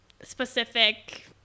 specific